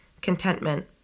contentment